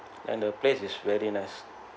and the place is very nice